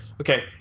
okay